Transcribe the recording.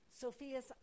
Sophia's